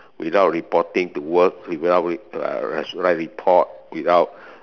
without reporting to work without with uh have to write report without